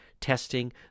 testing